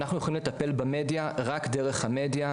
אנחנו יכולים לטפל במדיה רק דרך המדיה,